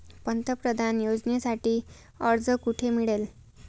पंतप्रधान योजनेसाठी अर्ज कुठे मिळेल?